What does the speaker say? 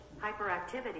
hyperactivity